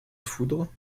foudre